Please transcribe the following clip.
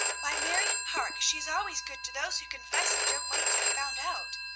why, marion parke, she is always good to those who confess and don't wait to be found out!